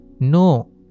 No